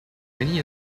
many